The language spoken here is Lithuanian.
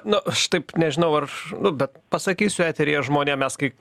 nu aš taip nežinau ar nu bet pasakysiu eteryje žmonėm mes kai